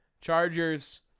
chargers